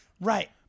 Right